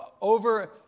over